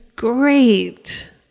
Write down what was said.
Great